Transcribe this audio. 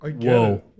Whoa